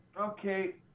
Okay